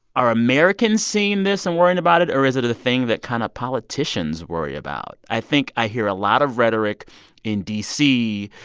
are americans seeing this and worrying about it? or is it a thing that kind of politicians worry about? i think i hear a lot of rhetoric in d c.